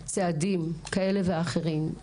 צעדים כאלה ואחרים,